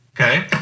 Okay